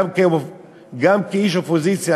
גם כאיש אופוזיציה,